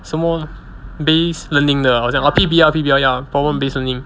什么 based learning 的好像 P_B_L P_B_L ya problem based learning